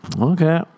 Okay